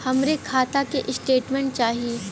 हमरे खाता के स्टेटमेंट चाही?